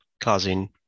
causing